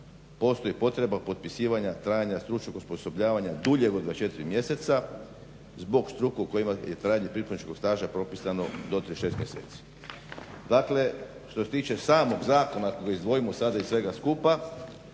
postoji potreba potpisivanja trajanja stručnog osposobljavanja duljeg od 24 mjeseca zbog … trajanje pripravničkog staža propisano do 36 mjeseci. Dakle, što se tiče samog zakona izdvojimo sada iz svega skupa,